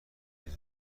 نیز